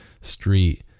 street